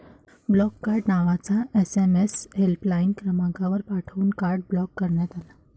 block card नावाचा SMS helpline क्रमांकावर पाठवून कार्ड ब्लॉक करण्यात आले